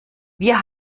wir